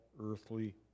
earthly